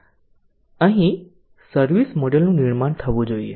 તેથી અહીં સર્વિસ મોડેલનું નિર્માણ થવું જોઈએ